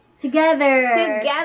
Together